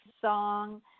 song